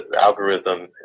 algorithm